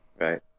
Right